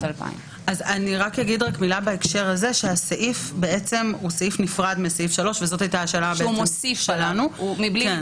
2000. הסעיף הזה הוא בעצם סעיף נפרד מסעיף 3 --- הוא מוסיף עליו.